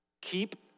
keep